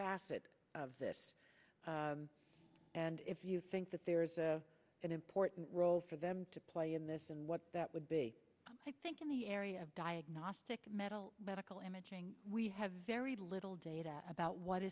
facet of this and if you think that there is an important role for them to play in this and what that would be i think in the area of diagnostic metal medical imaging we have very little data about what